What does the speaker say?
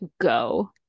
go